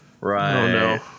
right